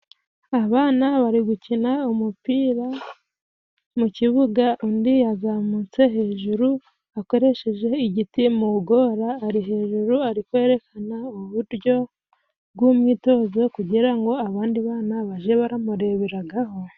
Abana bari gukina umupira mu kibuga, undi yazamutse hejuru akoresheje igiti mu gora, ari hejuru ari kwerekana uburyo bw'umwitozo kugira ngo abandi bana, baje baramureberaga ho.